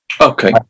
Okay